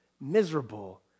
miserable